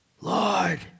Lord